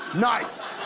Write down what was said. nice!